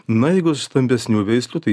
na jeigu iš stambesnių veislių tai